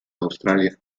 australia